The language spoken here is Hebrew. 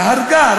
והרגה,